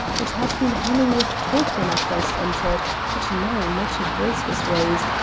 it had been humming with talk when i first entered but now not a voice was raised,